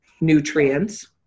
nutrients